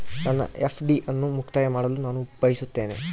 ನನ್ನ ಎಫ್.ಡಿ ಅನ್ನು ಮುಕ್ತಾಯ ಮಾಡಲು ನಾನು ಬಯಸುತ್ತೇನೆ